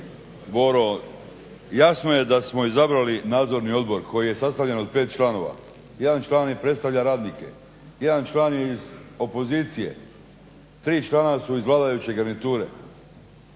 Boro, jasno je da smo izabrali Nadzorni odbor koji je sastavljen od pet članova. Jedan član predstavlja radnike, jedan član je iz opozicije, tri člana su iz vladajuće garniture.